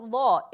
law